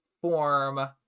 form